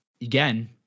again